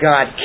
God